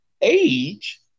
age